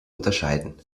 unterscheiden